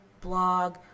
blog